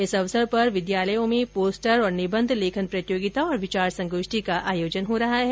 इस अवसर पर स्कूलो में पोस्टर और निबंध लेखन प्रतियोगिता और विचार संगोष्ठी का आयोजन हो रहा है